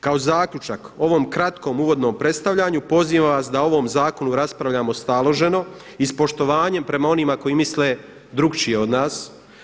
Kao zaključak ovom kratkom uvodnom predstavljanju pozivam se da o ovom zakonu raspravljamo staloženo i s poštovanjem prema onima koji misle drukčije od nas.